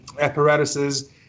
apparatuses